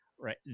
right